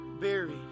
buried